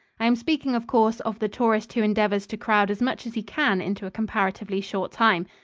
i am speaking, of course, of the tourist who endeavors to crowd as much as he can into a comparatively short time.